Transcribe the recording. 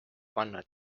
panna